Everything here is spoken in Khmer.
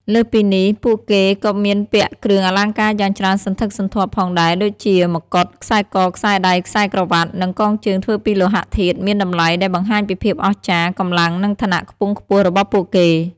លើសពីនេះ ពួកគេក៏មានពាក់គ្រឿងអលង្ការយ៉ាងច្រើនសន្ធឹកសន្ធាប់ផងដែរ ដូចជា មកុដ ខ្សែក ខ្សែដៃ ខ្សែក្រវាត់ និងកងជើងធ្វើពីលោហៈធាតុមានតម្លៃ ដែលបង្ហាញពីភាពអស្ចារ្យ កម្លាំង និងឋានៈខ្ពង់ខ្ពស់របស់ពួកគេ។